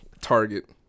Target